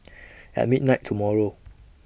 At midnight tomorrow